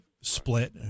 split